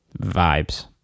vibes